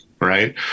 right